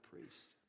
priest